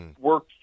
work